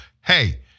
hey